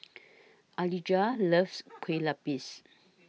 Alijah loves Kueh Lupis